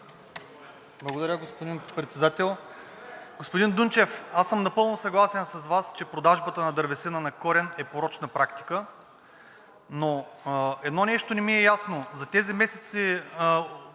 Благодаря, господин Председател. Господин Дунчев, аз съм напълно съгласен с Вас, че продажбата на дървесина „на корен“ е порочна практика, но едно нещо не ми е ясно за тези месеци,